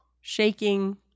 shaking